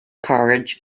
courage